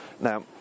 Now